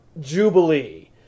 Jubilee